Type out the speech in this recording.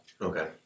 Okay